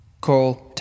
Call